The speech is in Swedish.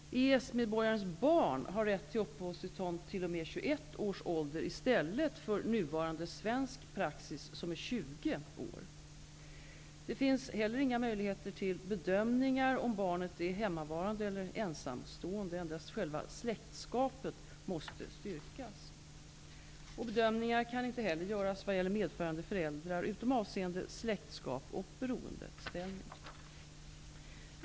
EES-medborgarens barn har rätt till uppehållstillstånd t.o.m. 21 års ålder i stället för nuvarande svensk praxis som är 20 år. Det finns heller inga möjligheter till bedömningar om barnen är ''hemmavarande'' eller ''ensamstående'', endast själva släktskapet måste styrkas. Bedömningar kan inte heller göras vad gäller medföljande föräldrar, utom avseende släktskap och beroendeställning.